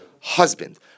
Husband